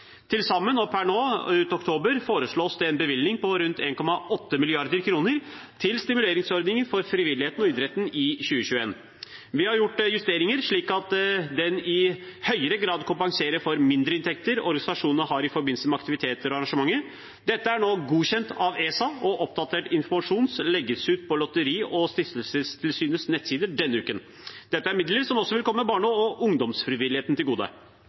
Til sammen og per nå, ut oktober, foreslås det en bevilgning på rundt 1,8 mrd. kr til stimuleringsordninger for frivilligheten og idretten i 2021. Vi har gjort justeringer slik at den i høyere grad kompenserer for mindreinntekter organisasjonene har i forbindelse med aktiviteter og arrangementer. Dette er nå godkjent av ESA, og oppdatert informasjon legges ut på Lotteri- og stiftelsestilsynets nettsider denne uken. Dette er midler som også vil komme barne- og ungdomsfrivilligheten til gode.